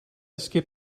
skip